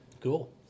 Cool